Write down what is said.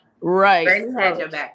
Right